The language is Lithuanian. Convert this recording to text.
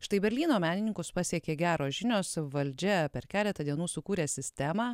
štai berlyno menininkus pasiekė geros žinios valdžia per keletą dienų sukūrė sistemą